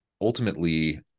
ultimately